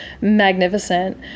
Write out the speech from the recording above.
magnificent